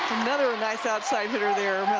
another and nice outside hitter there.